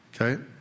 Okay